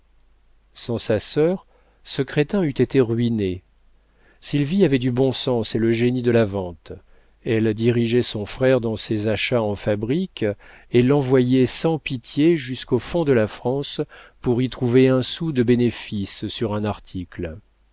sans sa sœur ce crétin eût été ruiné sylvie avait du bon sens et le génie de la vente elle dirigeait son frère dans ses achats en fabrique et l'envoyait sans pitié jusqu'au fond de la france pour y trouver un sou de bénéfice sur un article